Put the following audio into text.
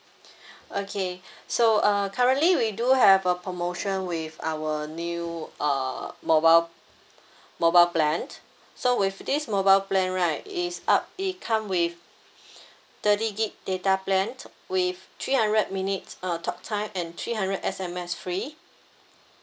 okay so uh currently we do have a promotion with our new uh mobile mobile plan so with this mobile plan right is up it come with thirty gig data plan with three hundred minutes uh talktime and three hundred S_M_S free